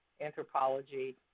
anthropology